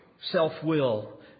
self-will